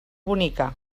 bonica